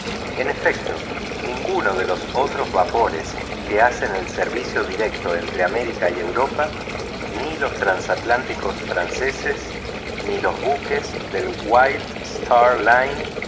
en efecto ninguno de los otros vapores que hacen el servicio directo entre américa y europa ni los transatlánticos franceses ni los buques de la white starline